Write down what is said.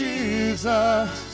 Jesus